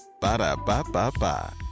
Ba-da-ba-ba-ba